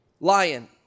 Lion